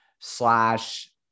slash